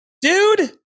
dude